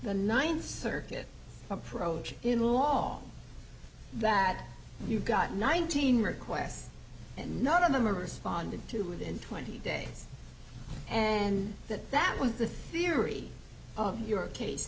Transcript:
the ninth circuit approach in law that you got nineteen requests and none of them responded to within twenty days and that that was the theory of your case